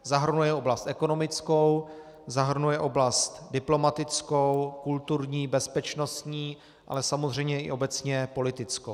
Zahrnuje oblast ekonomickou, zahrnuje oblast diplomatickou, kulturní, bezpečnostní, ale samozřejmě i obecně politickou.